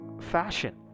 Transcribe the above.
Fashion